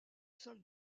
sol